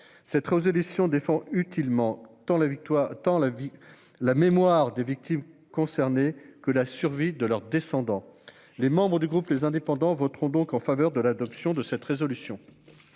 de résolution défend utilement tant la mémoire des victimes concernées que la survie de leurs descendants. Les membres du groupe Les Indépendants - République et Territoires voteront donc en faveur de l'adoption de cette proposition